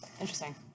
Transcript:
Interesting